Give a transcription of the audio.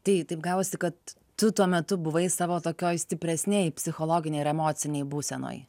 tai taip gavosi kad tu tuo metu buvai savo tokioj stipresnėj psichologinėj ir emocinėj būsenoj